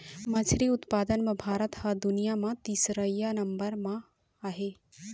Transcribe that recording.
मछरी उत्पादन म भारत ह दुनिया म तीसरइया नंबर म आहे